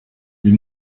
you